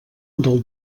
del